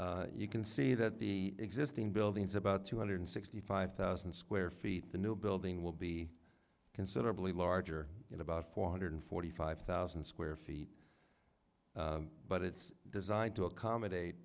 you can see that the existing buildings about two hundred and sixty five thousand square feet the new building will be considerably larger you know about four hundred and forty five thousand square feet but it's designed to accommodate